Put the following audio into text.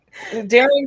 Darren